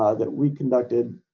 that we conducted